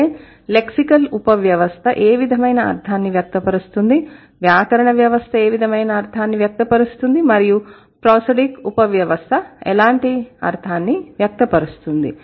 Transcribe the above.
అయితే లెక్సికల్ ఉపవ్యవస్థ ఏవిధమైన అర్థాన్ని వ్యక్తపరుస్తుంది వ్యాకరణ ఉపవ్యవస్థ ఏవిధమైన అర్థాన్ని వ్యక్తపరుస్తుంది మరియు ప్రోసోడిక్ ఉపవ్యవస్థ ఎలాంటి అర్థాన్ని వ్యక్తపరుస్తుంది